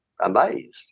amazed